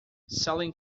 sailing